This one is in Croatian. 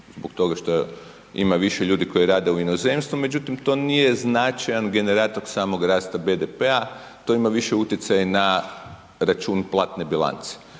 zbog toga što ima više ljudi koji rade u inozemstvu, međutim to nije značajan generator samog rasta BDP-a, to ima više utjecaj na račun platne bilance.